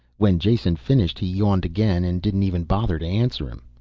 when jason finished he yawned again and didn't even bother to answer him.